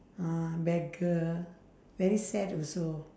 uh beggar very sad also